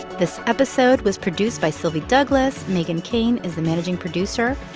this episode was produced by sylvie douglis. meghan keane is the managing producer.